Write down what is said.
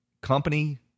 company